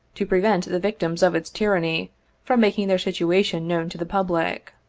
to prevent the victims of its tyranny from making their situation known to the public.